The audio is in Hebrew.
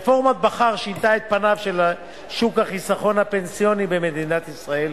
רפורמת בכר שינתה את פניו של שוק החיסכון הפנסיוני במדינת ישראל,